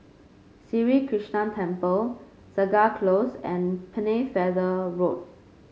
Sri Krishnan Temple Segar Close and Pennefather Road